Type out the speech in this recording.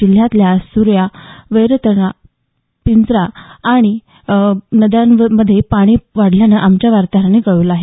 जिल्ह्यातल्या सूर्या वैतरणा पिंजाळ नद्यांमध्येही पाणी वाढल्याचं आमच्या वार्ताहरानं कळवलं आहे